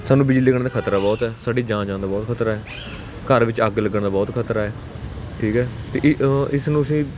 ਸਾਨੂੰ ਬਿਜਲੀ ਲੱਗਣ ਦਾ ਖ਼ਤਰਾ ਬਹੁਤ ਹੈ ਸਾਡੀ ਜਾਨ ਜਾਣ ਦਾ ਖ਼ਤਰਾ ਬਹੁਤ ਹੈ ਘਰ ਵਿੱਚ ਅੱਗ ਲੱਗਣ ਦਾ ਬਹੁਤ ਖ਼ਤਰਾ ਹੈ ਠੀਕ ਹੈ ਅਤੇ ਇਸ ਨੂੰ ਅਸੀਂ